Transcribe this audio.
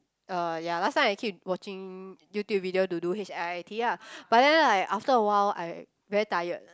uh ya last time I keep watching YouTube video to do h_i_i_t ah but then like after a while I very tired